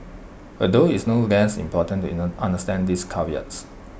although it's no less important understand these caveats